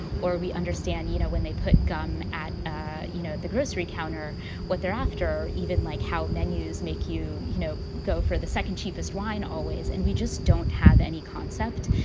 or we understand, you know, when they put gum at ah you know, at the grocery counter what they're after, even, like, how menus make you, you know, go for the second-cheapest wine always and we just don't have any concept,